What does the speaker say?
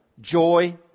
joy